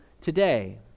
today